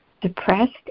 depressed